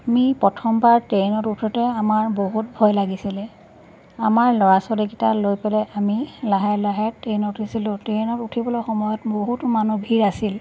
আমি প্ৰথমবাৰ ট্ৰেইনত উঠোঁতে আমাৰ বহুত ভয় লাগিছিলে আমাৰ ল'ৰা ছোৱালীকেইটা লৈ পেলাই আমি লাহে লাহে ট্ৰেইনত উঠিছিলোঁ ট্ৰেইনত উঠিবলৈ সময়ত বহুতো মানুহ ভিৰ আছিল